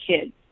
kids